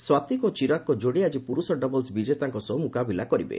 ସ୍ୱାତିକ୍ ଓ ଚିରାଗ୍ଙ୍କ ଯୋଡ଼ି ଆଜି ପୁରୁଷ ଡବଲ୍ସ ବିଜେତାଙ୍କ ସହ ମୁକାବିଲା କରିବେ